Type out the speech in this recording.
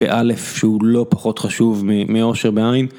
באלף שהוא לא פחות חשוב מאושר בעין.